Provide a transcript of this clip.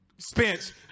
Spence